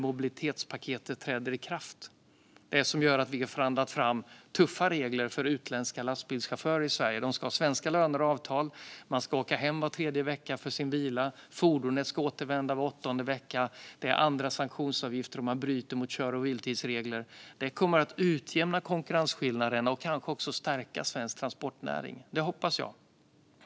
Mobilitetspaketet träder nu i kraft - det som gör att vi förhandlat fram tuffa regler för utländska lastbilschaufförer i Sverige. De ska ha svenska löner och avtal. De ska åka hem var tredje vecka för sin vila. Fordonet ska återvända var åttonde vecka. Det är andra sanktionsavgifter om man bryter mot kör och vilotidsregler. Detta kommer att utjämna konkurrensskillnaden och kanske också stärka svensk transportnäring; det hoppas jag.